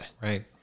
Right